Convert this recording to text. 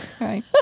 Right